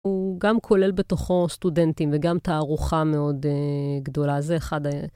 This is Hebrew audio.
הוא גם כולל בתוכו סטודנטים וגם תערוכה מאוד גדולה, זה אחד ה...